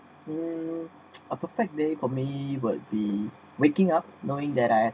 mm a perfect day for me would be waking up knowing that I